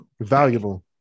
Valuable